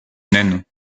naine